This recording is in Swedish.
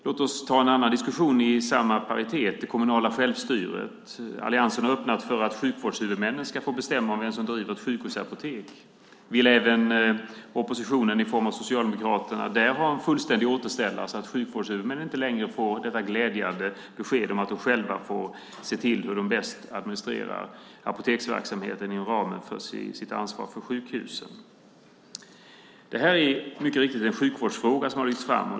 Låt oss ta en annan diskussion i paritet med denna: det kommunala självstyret. Alliansen har öppnat för att sjukvårdshuvudmännen ska få bestämma om vem som driver ett sjukhusapotek. Vill oppositionen i form av Socialdemokraterna även där ha en fullständig återställare så att sjukvårdshuvudmännen inte längre får det glädjande beskedet att de själva får se till hur de bäst administrerar apoteksverksamheten inom ramen för sitt ansvar för sjukhusen? Det är mycket riktigt en sjukvårdsfråga som har lyfts fram.